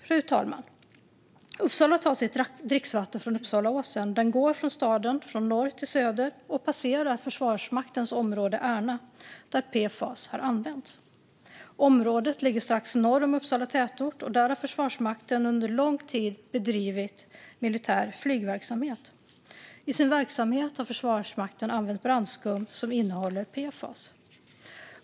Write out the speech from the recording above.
Fru talman! Uppsala tar sitt dricksvatten från Uppsalaåsen. Den går genom staden från norr till söder och passerar Försvarsmaktens område Ärna, där PFAS har använts. Området ligger strax norr om Uppsala tätort, och där har Försvarsmakten under lång tid bedrivit militär flygverksamhet. I sin verksamhet har Försvarsmakten använt brandskum som innehåller PFAS.